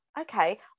okay